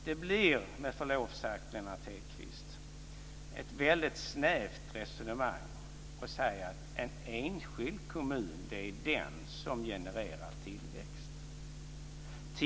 Det blir med förlov sagt, Lennart Hedquist, ett väldigt snävt resonemang att säga att det är en enskild kommun som genererar tillväxt.